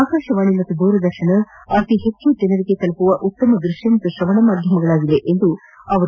ಆಕಾಶವಾಣಿ ಮತ್ತು ದೂರದರ್ಶನ ಅತಿಹೆಚ್ಚು ಜನರಿಗೆ ತಲುಪುವ ಉತ್ತಮ ದೃಶ್ಯ ಮತ್ತು ಶ್ರವಣ ಮಾಧ್ಯಮಗಳಾಗಿವೆ ಎಂದರು